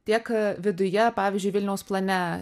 tiek viduje pavyzdžiui vilniaus plane